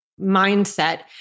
mindset